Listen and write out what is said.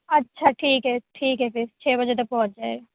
اچھا ٹھیک ہے ٹھیک ہے پھر چھ بجے تک پہنچ جائے